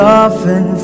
often